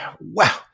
wow